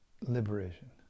liberation